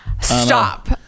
stop